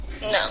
No